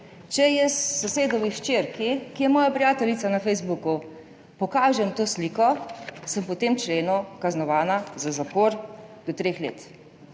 Če jaz sosedovi hčerki, ki je moja prijateljica na Facebooku, pokažem to sliko, sem po tem členu kaznovana z zaporom do treh let.